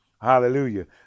hallelujah